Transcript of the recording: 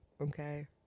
Okay